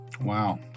Wow